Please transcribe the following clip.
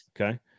Okay